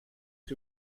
que